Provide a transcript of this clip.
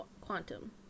Quantum